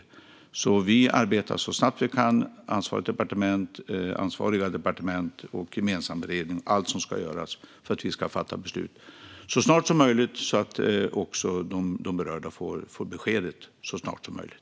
Vi arbetar så snabbt vi kan på ansvariga departement och i gemensam beredning med allt som ska göras för att vi ska kunna fatta beslut så snart som möjligt, så att de berörda också kan få besked så snart som möjligt.